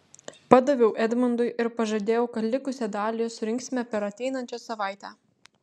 padaviau edmundui ir pažadėjau kad likusią dalį surinksime per ateinančią savaitę